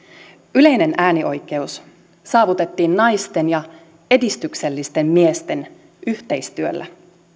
yleinen äänioikeus saavutettiin naisten ja edistyksellisten miesten yhteistyöllä